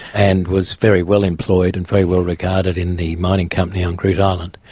and was very well employed and very well regarded in the mining company on groote um eylandt,